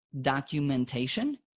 documentation